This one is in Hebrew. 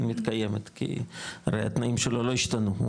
מתקיימת כי הרי התנאים שלו לא השתנו.